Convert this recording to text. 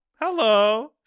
Hello